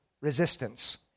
resistance